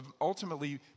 ultimately